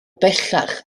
bellach